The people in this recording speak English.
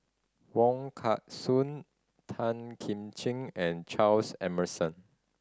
Wong Kah Chun Tan Kim Ching and Charles Emmerson